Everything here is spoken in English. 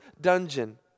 dungeon